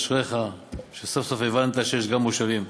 אשריך שסוף-סוף הבנת שיש גם מושבים.